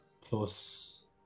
plus